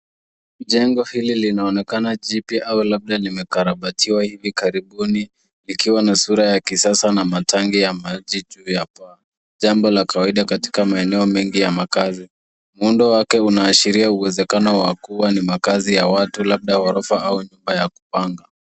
Jengo hilo linaonekana jipya au labda limekarabatiwa hivi karibuni, likiwa na sura ya kisasa na matanki ya maji juu ya paa. Jambo la kawaida katika maeneo mengi ya makazi. Muundo wake unaashiria uwezekano wa kuwa ni makaazi ya watu labda ghorofa au labda nyumba ya kupanga.